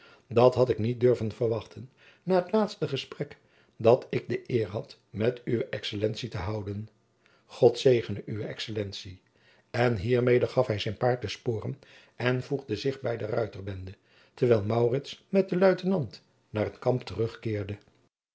dat had ik niet durven verwachten na het laatste gesprek dat ik de eer had met uwe excellentie te houden god zegene uwe excellentie en hiermede gaf hij zijn paard de sporen en voegde zich bij de ruiterbende terwijl maurits met den luitenant naar het kamp terugkeerde